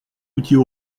outils